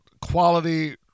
quality